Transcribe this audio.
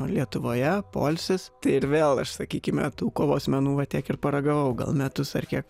lietuvoje poilsis tai ir vėl aš sakykime tų kovos menų va tiek ir paragavau gal metus ar kiek